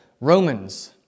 Romans